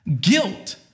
Guilt